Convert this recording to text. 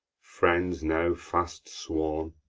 friends now fast sworn,